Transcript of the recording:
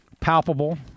palpable